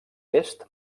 est